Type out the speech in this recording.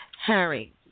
Harry